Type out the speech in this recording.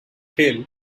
hill